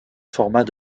format